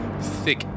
thick